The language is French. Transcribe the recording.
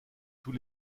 tous